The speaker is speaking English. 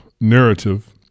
narrative